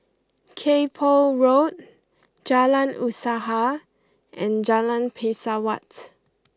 Kay Poh Road Jalan Usaha and Jalan Pesawat